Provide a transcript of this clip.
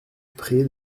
pré